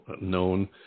known